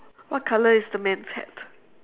what colour is the man's hat